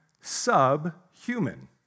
subhuman